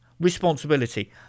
responsibility